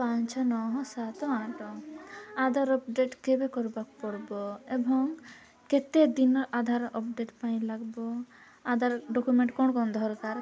ପାଞ୍ଚ ନଅ ସାତ ଆଠ ଆଧାର ଅପଡ଼େଟ୍ କେବେ କରିବାକୁ ପଡ଼ିବ ଏବଂ କେତେ ଦିନ ଆଧାର ଅପଡ଼େଟ୍ ପାଇଁ ଲାଗିବ ଆଧାର ଡକ୍ୟୁମେଣ୍ଟ କ'ଣ କ'ଣ ଦରକାର